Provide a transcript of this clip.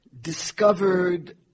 discovered